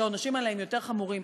שהעונשים עליהן יותר חמורים,